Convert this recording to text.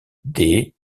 des